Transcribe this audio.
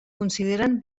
consideren